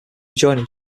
adjoining